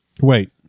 Wait